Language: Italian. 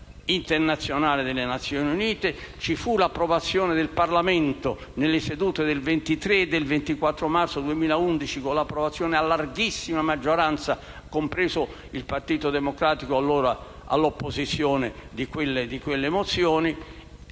internazionale delle Nazioni Unite; e ci fu l'approvazione del nostro Parlamento nelle sedute del 23 e 24 marzo 2011 con l'approvazione a larghissima maggioranza - compreso il Partito Democratico, allora all'opposizione - di quelle mozioni.